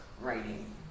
Writing